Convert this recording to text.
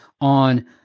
on